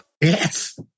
Yes